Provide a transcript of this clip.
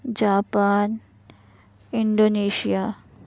Japan Indonesia